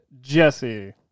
Jesse